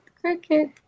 cricket